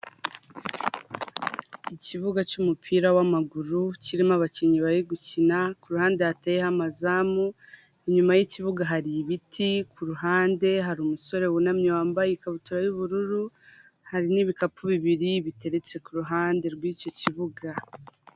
Ikibuga cy'umupira w'amaguru kirimo abakinnyi bari gukina ku ruhande, hateyeho amazamu. Inyuma y'ikibuga hari ibiti ku ruhande, hari umusore wunamye wambaye ikabutura y'ubururu. Hari n'ibikapu bibiri biteretse ku ruhande rw'icyo kibuga.